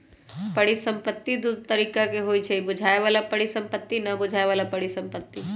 परिसंपत्ति दु तरिका के होइ छइ बुझाय बला परिसंपत्ति आ न बुझाए बला परिसंपत्ति